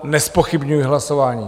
Nezpochybňuji hlasování.